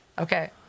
Okay